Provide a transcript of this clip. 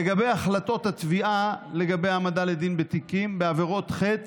לגבי ההחלטות התביעה לגבי העמדה לדין בתיקים: בעבירות חטא,